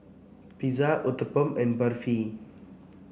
Pizza Uthapam and Barfi